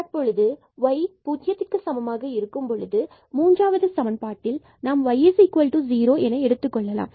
தற்பொழுது இந்த y ஜீரோவுக்கு சமமாக இருக்கும் பொழுது மூன்றாவது சமன்பாட்டில் நாம் y0 என எடுத்துக்கொள்ளலாம்